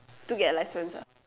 to get license ah